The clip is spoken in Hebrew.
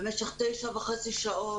במשך תשע וחצי שעות,